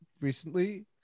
recently